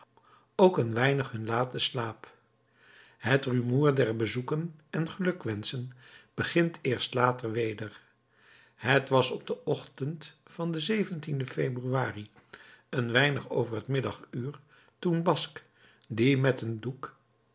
ook een weinig hun laten slaap het rumoer der bezoeken en gelukwenschen begint eerst later weder het was op den ochtend van den februari een weinig over het middaguur toen basque die met een doek